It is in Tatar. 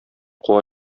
куа